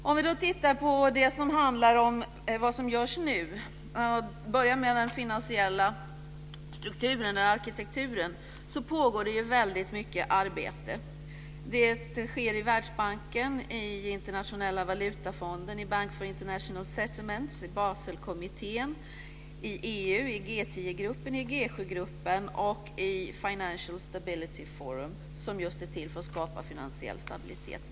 Om vi då tittar på det som görs nu och börjar med den finansiella strukturen, eller arkitekturen, så pågår det ju väldigt mycket arbete. Det sker i Världsbanken, i Internationella valutafonden, i Bank for International Settlements, I Baselkommittén, i EU, i G10 gruppen, i G7-gruppen och i Financial Stability Forum, som just är till för att skapa finansiell stabilitet.